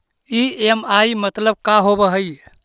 EMI मतलब का होब हइ?